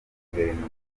guverinoma